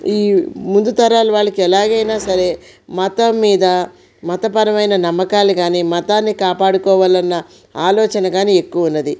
ఈ ముందు తరాలు వాళ్ళకి ఎలాగైనా సరే మతం మీద మతపరమైన నమ్మకాలు కాని మతాన్ని కాపాడుకోవాలన్న ఆలోచన కానీ ఎక్కువ ఉన్నది